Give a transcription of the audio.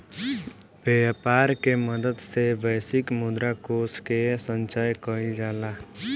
व्यापर के मदद से वैश्विक मुद्रा कोष के संचय कइल जाला